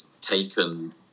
taken